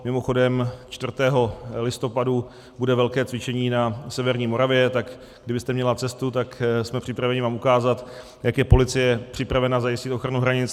Mimochodem 4. listopadu bude velké cvičení na severní Moravě, tak kdybyste měla cestu, tak jsme připraveni vám ukázat, jak je policie připravena zajistit ochranu hranic.